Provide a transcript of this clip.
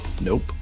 Nope